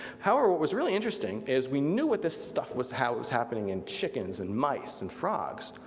however what was really interesting is we knew what this stuff was, how it was happening in chickens and mice and frogs.